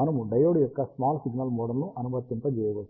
మనము డయోడ్ యొక్క small signal మోడల్ను అనువర్తింపజేయవచ్చు